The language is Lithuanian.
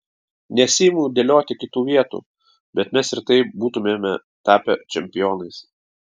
nesiimu dėlioti kitų vietų bet mes ir taip būtumėme tapę čempionais